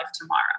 tomorrow